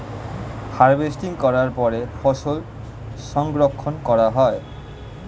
harvesting করার পরে ফসল সংরক্ষণ করা হয়